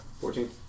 Fourteen